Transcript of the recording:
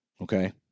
Okay